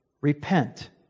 Repent